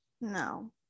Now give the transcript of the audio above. No